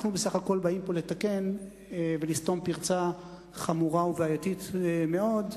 אנחנו בסך הכול באים לתקן ולסתום פרצה חמורה ובעייתית מאוד,